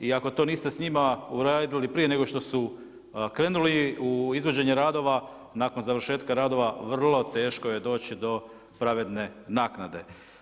I ako to niste sa njima uredili prije nego što su krenuli u izvođenje radova, nakon završetka radova vrlo teško je doći do pravedne naknade.